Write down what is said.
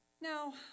Now